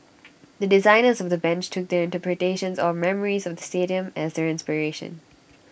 the designers of the bench took their interpretations or memories of the stadium as their inspiration